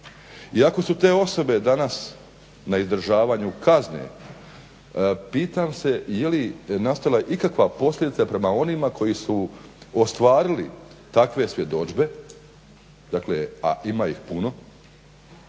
Iako su te osobe danas na izdržavanju kazne pitam se je li nastala ikakva posljedica prema onima koji su ostvarili takve svjedodžbe a ima ih puno,